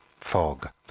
Fog